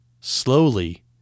Slowly